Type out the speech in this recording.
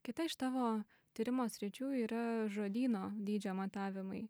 kita iš tavo tyrimo sričių yra žodyno dydžio matavimai